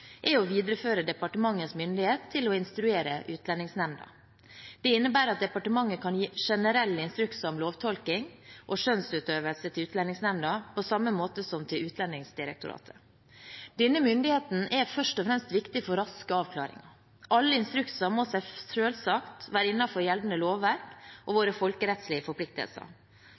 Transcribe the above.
er å videreføre departementets myndighet til å instruere Utlendingsnemnda. Det innebærer at departementet kan gi generelle instrukser om lovtolkning og skjønnsutøvelse til Utlendingsnemnda på samme måte som til Utlendingsdirektoratet. Denne myndigheten er først og fremst viktig for raske avklaringer. Alle instrukser må selvsagt være innenfor gjeldende lovverk og våre folkerettslige forpliktelser.